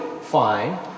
fine